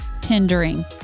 tendering